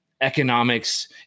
economics